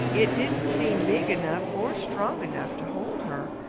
it didn't seem big enough or strong enough to hold her,